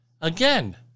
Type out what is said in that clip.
again